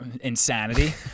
insanity